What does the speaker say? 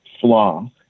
flaw